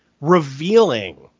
revealing